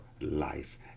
life